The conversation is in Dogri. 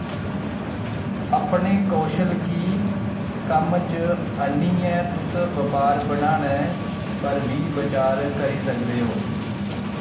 अपने कौशल गी कम्म च आह्नियै तुस बपार बनाने पर बी बचार करी सकदे ओ